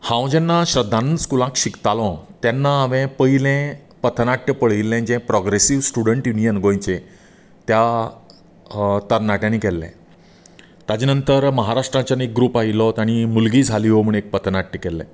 हांव जेन्ना श्रद्धानंद स्कुलान शिकतालों तेन्ना हांवें पयलें पथनाट्य पळयल्लें जें प्रोग्रेसीव स्टुडंट युनीयन गोंयचें त्या तरनाट्यांनी केल्लें ताजे नंतर महाराष्ट्राच्यान एक ग्रूप आयिल्लो तांणी मुलगी झाली हो म्हूण एक पथनाट्य केल्लें